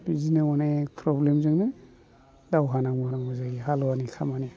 बिदिनो अनेग प्रब्लेमजोंनो दावहा नांनांगौ जायो हालुवानि खामानि